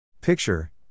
Picture